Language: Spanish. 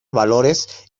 valores